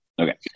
Okay